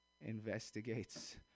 investigates